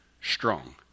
strong